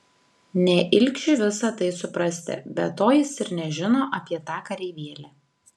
ne ilgšiui visa tai suprasti be to jis ir nežino apie tą kareivėlį